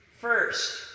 First